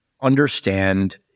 understand